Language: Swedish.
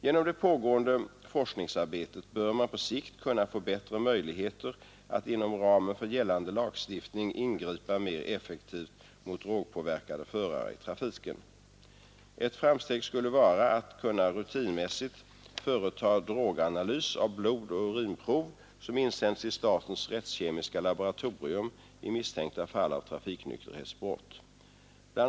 Genom det pågående forskningsarbetet bör man på sikt kunna få bättre möjligheter att inom ramen för gällande lagstiftning ingripa mer effektivt mot drogpåverkade förare i trafiken. Ett framsteg skulle vara att kunna rutinmässigt företa droganalys av blodoch urinprov som insänds till statens rättskemiska laboratorium i misstänkta fall av trafiknykterhetsbrott. BI.